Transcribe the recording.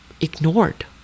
ignored